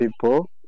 people